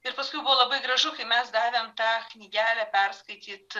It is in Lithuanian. ir paskui buvo labai gražu kai mes davėm tą knygelę perskaityt